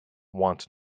want